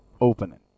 opening